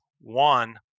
One